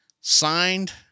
signed